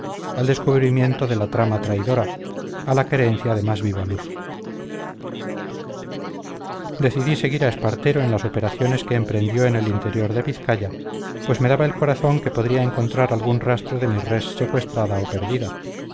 al descubrimiento de la trama traidora a la querencia de más viva luz decidí seguir a espartero en las operaciones que emprendió en el interior de vizcaya pues me daba el corazón que podría encontrar algún rastro de mi res secuestrada o perdida